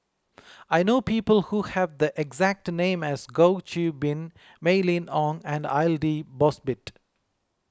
I know people who have the exact name as Goh Qiu Bin Mylene Ong and Aidli Mosbit